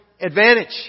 advantage